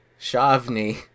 Shavni